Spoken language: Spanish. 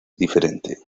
diferente